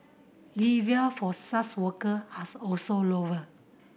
levier for such worker as also lower